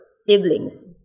siblings